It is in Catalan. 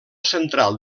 central